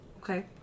Okay